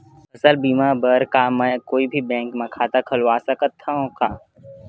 फसल बीमा बर का मैं कोई भी बैंक म खाता खोलवा सकथन का?